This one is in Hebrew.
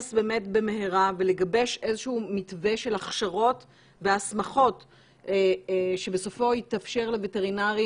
במהרה ולגבש איזה שהוא מתווה של הכשרות והסמכות שבסופו יתאפשר לווטרינרים